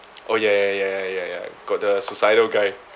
oh ya ya ya ya ya got the suicidal guy